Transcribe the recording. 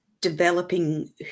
developing